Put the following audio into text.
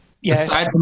Yes